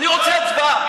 אני רוצה הצבעה.